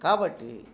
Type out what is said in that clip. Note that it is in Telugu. కాబట్టి